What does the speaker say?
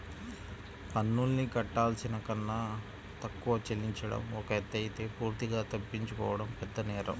పన్నుల్ని కట్టాల్సిన కన్నా తక్కువ చెల్లించడం ఒక ఎత్తయితే పూర్తిగా తప్పించుకోవడం పెద్దనేరం